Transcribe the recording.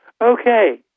Okay